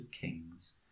kings